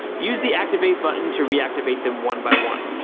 use the activate button to reactivate them one by one.